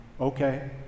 Okay